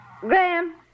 Graham